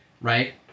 right